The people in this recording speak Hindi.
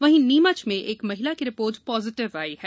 वहीं नीमच में एक महिला की रिपोर्ट पॉजिटिव आई है